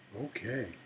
Okay